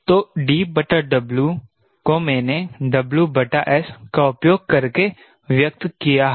तो DW को मेने WS का उपयोग करके व्यक्त किया है